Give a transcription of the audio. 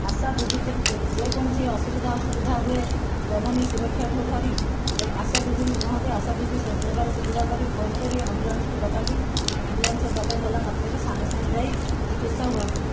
ଆଶା ଦିଦି ଯେ ଯେକୌଣସି ଅସୁବିଧା ସୁବିଧା ହୁଏ ଜନନୀ ସୁରକ୍ଷା ଠୁ ଧରି ଆଶା ଦିଦିଙ୍କୁ କହନ୍ତି ଆଶା ଦିଦି ସେହିପ୍ରକାର ସୁବିଧା କରି ଫୋନ କରି ଆମ୍ବୁଲାନ୍ସକୁ ଡକାନ୍ତି ଆମ୍ବୁଲାନ୍ସ ଡକାଇନେଲା ମାତ୍ରକେ ସାଙ୍ଗେ ସାଙ୍ଗେ ଯାଇ ଚିକିତ୍ସା ହୁଅନ୍ତି